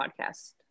podcast